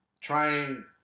trying